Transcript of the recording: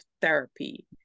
therapy